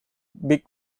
big